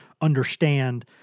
understand